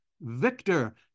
victor